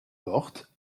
porte